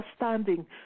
understanding